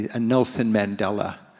a nelson mandela,